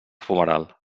fumeral